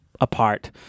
apart